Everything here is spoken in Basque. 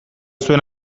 zuen